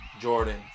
Jordan